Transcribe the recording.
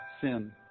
sin